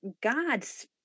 God's